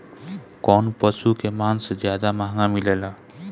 कौन पशु के मांस ज्यादा महंगा मिलेला?